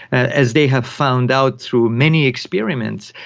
as they have found out through many experiments,